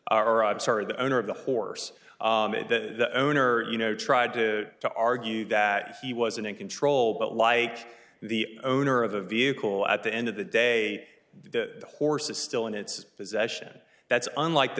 are i'm sorry the owner of the horse that the owner you know tried to to argue that he wasn't in control but like the owner of the vehicle at the end of the day the horse is still in its possession that's unlike the